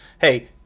hey